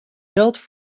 built